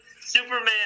superman